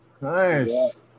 Nice